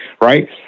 right